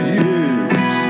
years